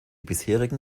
bisherigen